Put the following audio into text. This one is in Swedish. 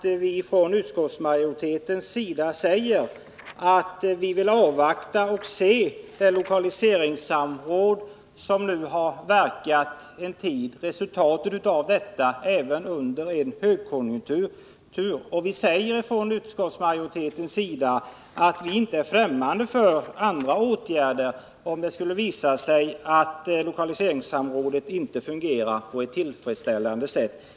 Utskottsmajoriteten säger att vi vill avvakta det lokaliseringssamråd som nu verkat en tid och se resultatet även under en högkonjunktur. Vi är inte fftämmande för andra åtgärder om det skulle visa sig att lokaliseringssamrådet inte fungerar på ett tillfredsställande sätt.